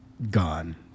gone